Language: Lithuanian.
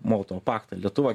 molotovo paktą lietuva